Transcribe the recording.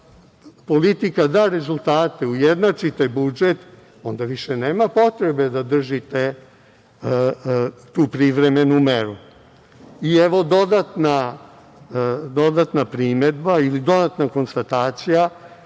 politika da rezultate, ujednačite budžet onda više nema potreba da držite tu privremenu meru. Evo, dodatna primedba ili dodatna konstatacija,